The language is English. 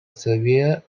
severe